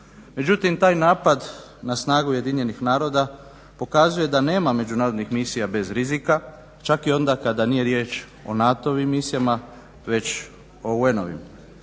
Međutim taj napad na snage UN-a pokazuje da nema međunarodnih misija bez rizika, čak i onda kada nije riječ o NATO-ovim misijama već o UN-ovim.